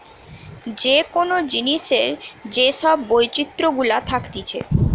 যে কোন জিনিসের যে সব বৈচিত্র গুলা থাকতিছে